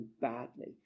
badly